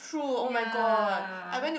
ya